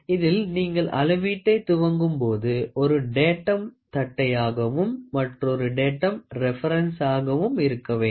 இதில் நீங்கள் அளவீட்டை துவங்கும்போது ஒரு டேட்டம் தட்டயாகவும் மற்றொரு டேட்டம் ரீபெரென்ஸ் ஆக இருக்க வேண்டும்